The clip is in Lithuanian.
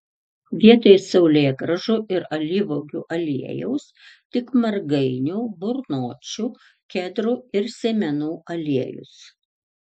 vietoj saulėgrąžų ir alyvuogių aliejaus tik margainių burnočių kedrų ir sėmenų aliejus